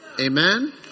Amen